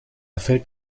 fällt